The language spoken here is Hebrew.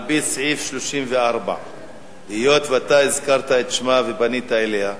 על-פי סעיף 34. היות שאתה הזכרת את שמה ופנית אליה,